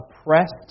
oppressed